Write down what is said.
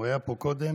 הוא היה פה קודם,